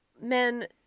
men